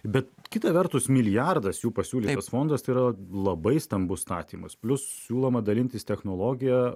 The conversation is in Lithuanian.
bet kita vertus milijardas jų pasiūlytas fondas tai yra labai stambus statymas plius siūloma dalintis technologija